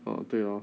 哦对 hor